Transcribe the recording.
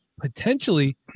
potentially